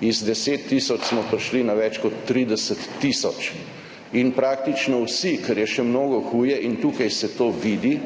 Z 10 tisoč smo prišli na več kot 30 tisoč in praktično vsi, kar je še mnogo huje, in tukaj se to vidi,